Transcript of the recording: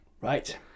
Right